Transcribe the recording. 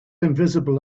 invisible